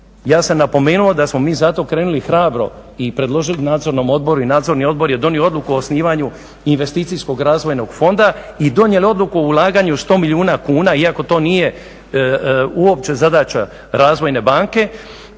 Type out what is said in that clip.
Ja sam napomenuo da smo mi zato krenuli hrabro i predložili nadzornom odboru i nadzorni odbor je donio odluku o osnivanju investicijskog razvojnog fonda i donijeli odluku o ulaganju sto milijuna kuna iako to nije uopće zadaća razvojne banke